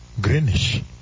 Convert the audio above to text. Greenish